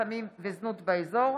סמים וזנות באזור.